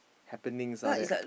happenings all that